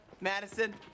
Madison